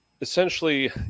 essentially